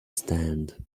stand